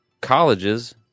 colleges